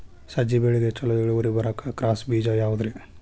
ಸಜ್ಜೆ ಬೆಳೆಗೆ ಛಲೋ ಇಳುವರಿ ಬರುವ ಕ್ರಾಸ್ ಬೇಜ ಯಾವುದ್ರಿ?